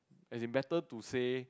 as in better to say